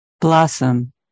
blossom